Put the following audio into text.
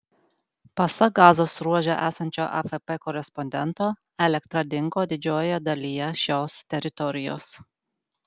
pasak gazos ruože esančio afp korespondento elektra dingo didžiojoje dalyje šios teritorijos